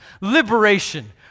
liberation